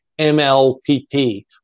MLPP